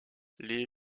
les